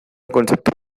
kontzeptu